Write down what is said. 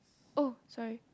oh sorry